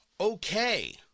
Okay